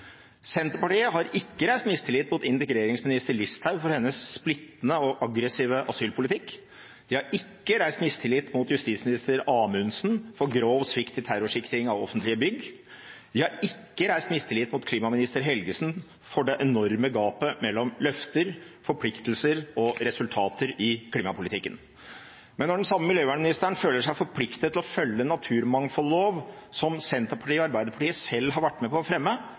Senterpartiet har ikke reist mistillit mot integreringsminister Listhaug for hennes splittende og aggressive asylpolitikk. De har ikke reist mistillit mot justisminister Amundsen for grov svikt i terrorsikring av offentlige bygg. De har ikke reist mistillit mot klimaminister Helgesen for det enorme gapet mellom løfter, forpliktelser og resultater i klimapolitikken. Men når den samme miljøvernministeren føler seg forpliktet til å følge en naturmangfoldlov som Senterpartiet og Arbeiderpartiet selv har vært med på å fremme,